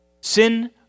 Sin